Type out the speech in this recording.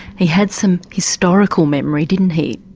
he had some historical memory didn't he?